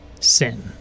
sin